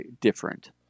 different